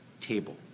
table